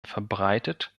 verbreitet